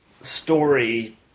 Story